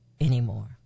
anymore